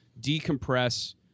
Decompress